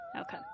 Okay